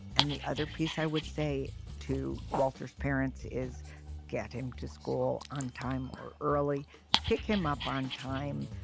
and the other piece i would say to walter's parents is get him to school on time or early pick him up on time.